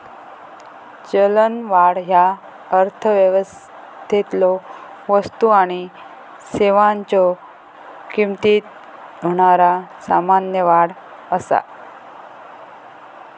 चलनवाढ ह्या अर्थव्यवस्थेतलो वस्तू आणि सेवांच्यो किमतीत होणारा सामान्य वाढ असा